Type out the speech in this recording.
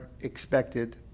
expected